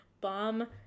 bomb